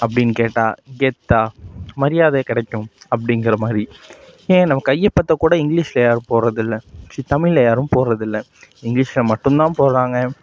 அப்படின்னு கேட்டால் கெத்தாக மரியாதை கிடைக்கும் அப்படிங்கிற மாதிரி ஏன் நம்ம கைய்யப்பத்தை கூட இங்கிலீஷில் யாரும் போடுறதுல்ல ச்சீ தமிழில் யாரும் போடறதில்ல இங்கிலீஷில் மட்டும் தான் போடுறாங்க